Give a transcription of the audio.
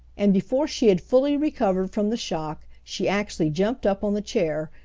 and before she had fully recovered from the shock she actually jumped up on the chair,